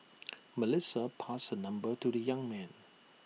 Melissa passed her number to the young man